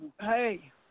hey